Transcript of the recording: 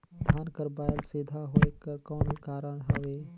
धान कर बायल सीधा होयक कर कौन कारण हवे?